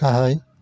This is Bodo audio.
गाहाय